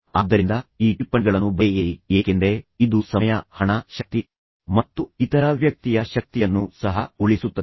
ಆದ್ದರಿಂದ ಈ ಟಿಪ್ಪಣಿಗಳನ್ನು ಬರೆಯಿರಿ ಮೇಲಾಗಿ ಅಥವಾ ಕನಿಷ್ಠ ಮಾನಸಿಕವಾಗಿ ಏಕೆಂದರೆ ಇದು ಸಮಯ ಹಣ ಶಕ್ತಿ ಮತ್ತು ಇತರ ವ್ಯಕ್ತಿಯ ಶಕ್ತಿಯನ್ನು ಸಹ ಉಳಿಸುತ್ತದೆ